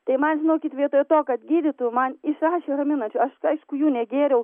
tai man žinokit vietoje to kad gydytų man išrašė raminančių aš aišku jų negėriau